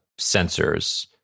sensors